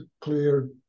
clear